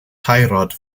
heirat